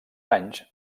anys